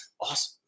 Awesome